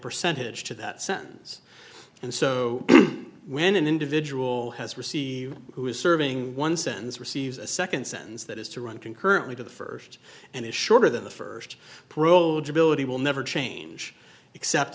percentage to that sentence and so when an individual has received who is serving one sentence receives a second sentence that is to run concurrently to the first and is shorter than the first pro debility will never change except